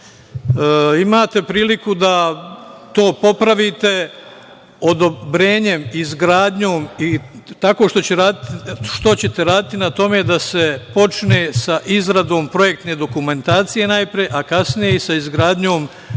imate priliku da to popravite odobrenjem, izgradnjom i tako što ćete raditi na tome da se počne sa izradom projekte dokumentacije najpre, a kasnije i sa izgradnjom